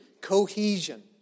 cohesion